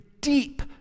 deep